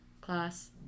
class